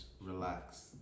relax